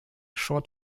short